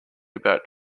about